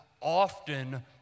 often